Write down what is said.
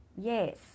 Yes